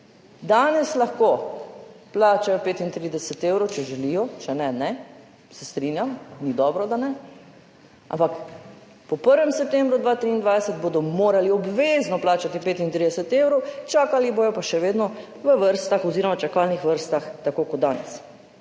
Danes lahko plačajo 35 evrov, če želijo, če ne, ne, se strinjam, ni dobro, da ne, ampak po 1. septembru 2023 bodo morali obvezno plačati 35 evrov, čakali bodo pa še vedno v čakalnih vrstah, tako kot danes.